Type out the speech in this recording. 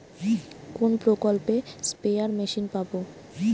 কোন প্রকল্পে spare machine পাব?